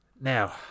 Now